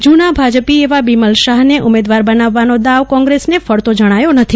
જના ભાજપી એવા બિમલ શાહને ઉમેદવાર બનાવવાનો દાવ કોંગ્રેસને ફળતો જણાતો નથી